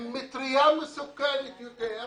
עם מטריה מסוכנת יותר,